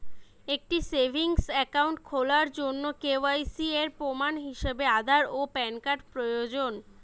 একটি savings account খোলার জন্য কে.ওয়াই.সি এর প্রমাণ হিসাবে আধার ও প্যান কার্ড প্রয়োজন